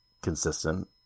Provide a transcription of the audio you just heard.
consistent